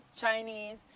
Chinese